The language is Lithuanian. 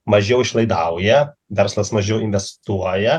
mažiau išlaidauja verslas mažiau investuoja